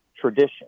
tradition